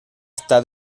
está